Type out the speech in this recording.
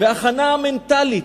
וההכנה המנטלית,